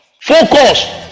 focus